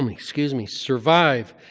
um excuse me survive.